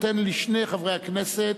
נותן לשני חברי הכנסת,